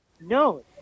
No